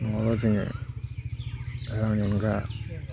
नङाब्ला जोङो रांनि मुगा